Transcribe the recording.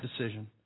decision